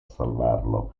salvarlo